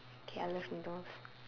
okay I love noodles